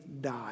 die